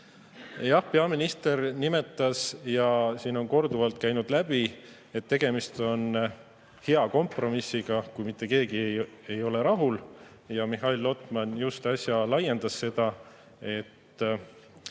Peaminister ütles ja ka siin on korduvalt läbi käinud, et tegemist on hea kompromissiga, kui mitte keegi ei ole rahul. Ja Mihhail Lotman just äsja laiendas seda, et